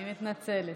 אני מתנצלת.